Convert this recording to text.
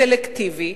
סלקטיבי,